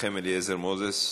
מנחם אליעזר מוזס,